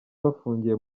bafungiye